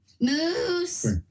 Moose